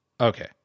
Okay